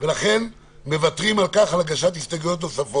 השוטרים צריכים לעצור גם